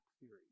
Theory